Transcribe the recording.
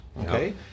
okay